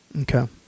Okay